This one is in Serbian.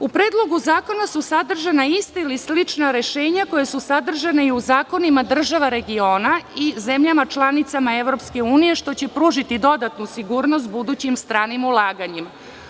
U Predlogu zakona su sadržana ista ili slična rešenja koja su sadržana i u zakonima država regiona i u zemljama članicama EU, što će pružiti dodatnu sigurnost budućim stranim ulaganjima.